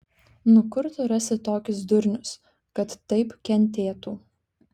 nu kur tu rasi tokius durnius kad taip kentėtų